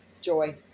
joy